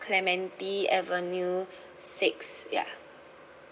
clementi avenue six ya